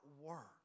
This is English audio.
work